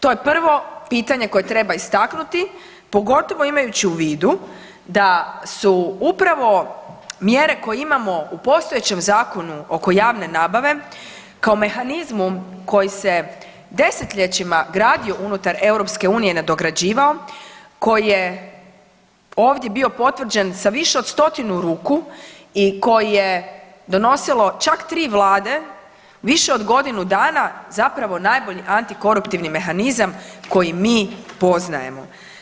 To je prvo pitanje koje treba istaknuti pogotovo imajući u vidu da su upravo mjere koje imamo u postojećem zakonu oko javne nabave kao mehanizmom koji se 10-ljećima gradio unutar EU i nadograđivao, koji je ovdje bio potvrđen sa više od 100-tinu ruku i koji je donosilo čak 3 vlade više od godinu zapravo najbolji antikoruptivni mehanizam koji mi poznajemo.